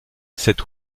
cet